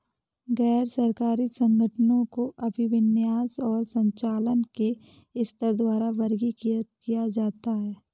गैर सरकारी संगठनों को अभिविन्यास और संचालन के स्तर द्वारा वर्गीकृत किया जाता है